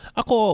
ako